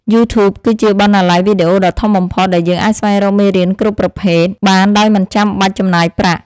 យូធូប គឺជាបណ្ណាល័យវីដេអូដ៏ធំបំផុតដែលយើងអាចស្វែងរកមេរៀនគ្រប់ប្រភេទបានដោយមិនចាំបាច់ចំណាយប្រាក់។